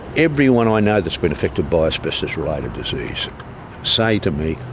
everyone i know that's been affected by asbestos related disease say to me,